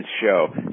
show